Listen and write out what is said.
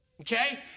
okay